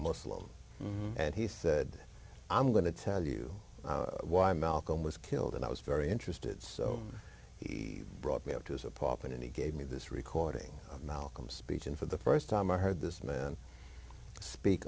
muslim and he said i'm going to tell you why malcolm was killed and i was very interested so he brought me up to his apartment and he gave me this recording malcolm speech and for the first time i heard this man speak